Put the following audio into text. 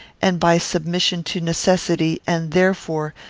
and by submission to necessity and, therefore,